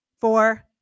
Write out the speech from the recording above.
Four